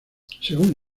según